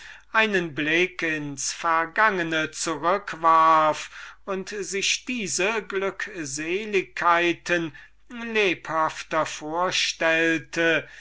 einen blick ins vergangene zurückwarf und sich diese glückseligkeiten lebhafter vorstellte